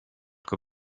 kui